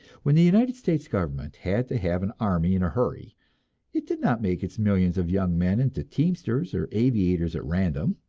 when the united states government had to have an army in a hurry it did not make its millions of young men into teamsters or aviators at random.